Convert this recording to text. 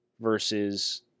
versus